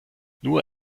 nur